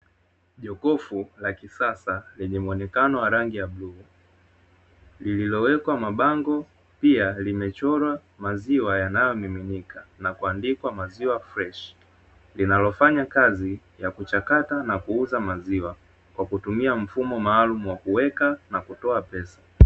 Jokofu la kisasa lenye muonekano wa rangi ya bluu, lililowekwa mabango pia limechorwa maziwa yanayomiminika na kuandikwa "Maziwa freshi", linalofanya kazi ya kuchakata na kuuza maziwa kwa kutumika mfumo maalumu wa kuweka na kutoa pesa.